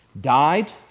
died